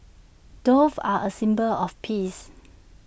doves are A symbol of peace